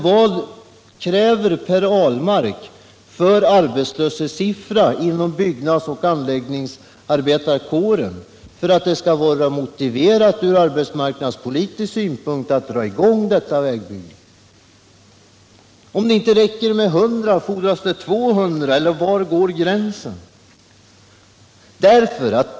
Vad kräver då Per Ahlmark för arbetslöshetssiffror inom byggnadsoch anläggningsarbetarkåren för att det ur arbetsmarknadspolitisk synpunkt skall vara motiverat att dra i gång detta vägbygge? Om det inte räcker med 100 arbetslösa, fordras det då 200, eller var går gränsen?